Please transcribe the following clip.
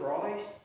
Christ